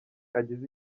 agize